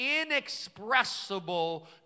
Inexpressible